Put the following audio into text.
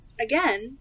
again